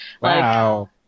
Wow